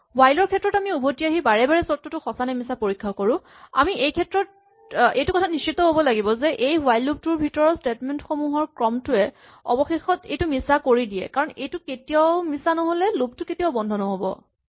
while ৰ ক্ষেত্ৰত আমি উভতি আহি বাৰে বাৰে চৰ্তটো সঁচা নে মিছা পৰীক্ষা কৰো আমি এইটো কথাত নিশ্চিত হ'ব লাগিব যে এই হুৱাইল লুপ ৰ ভিতৰৰ স্টেটমেন্ট সমূহৰ ক্ৰমটোৱে অৱশেষত এইটো মিছা কৰি দিয়ে কাৰণ এইটো কেতিয়াও মিছা নহ'লে লুপ টো কেতিয়াও বন্ধ নহ'ব